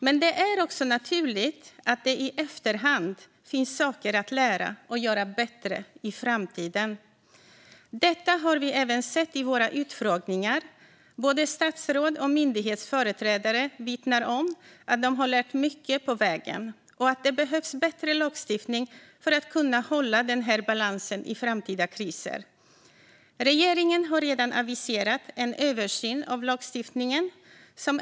Men det är också naturligt att det i efterhand finns saker att lära och göra bättre i framtiden. Detta har vi även sett i våra utfrågningar; både statsråd och myndighetsföreträdare vittnar om att de har lärt mycket på vägen och att det behövs bättre lagstiftning för att kunna hålla den här balansen i framtida kriser. Regeringen har redan aviserat en översyn av lagstiftningen.